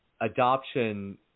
adoption